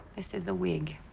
this is a wig.